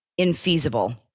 infeasible